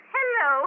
Hello